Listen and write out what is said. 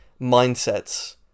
mindsets